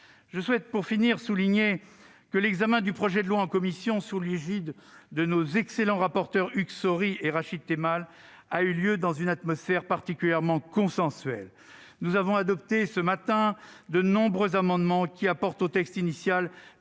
Je souhaite, pour finir, souligner que l'examen du projet de loi en commission, sous l'égide de nos excellents rapporteurs Hugues Saury et Rachid Temal, a eu lieu dans une atmosphère consensuelle. Nous avons adopté de nombreux amendements qui visaient à apporter au texte initial